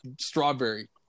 strawberry